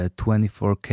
24K